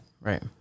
Right